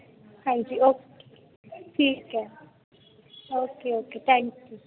ਹਾਂਜੀ ਓਕੇ ਠੀਕ ਹੈ ਓਕੇ ਓਕੇ ਥੈਂਕ ਯੂ